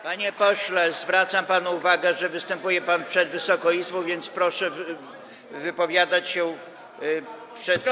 Panie pośle, zwracam panu uwagę, że występuje pan przed Wysoką Izbą, więc proszę wypowiadać się przed Sejmem.